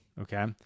okay